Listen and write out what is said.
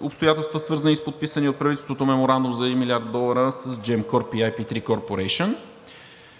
обстоятелства, свързани с подписания от правителството меморандум за 1 млрд. долара с Gemcorp и IP3 Corporation,